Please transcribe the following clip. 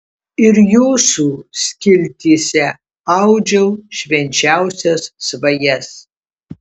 ir jūsų skiltyse audžiau švenčiausias svajas